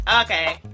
okay